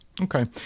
Okay